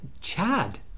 Chad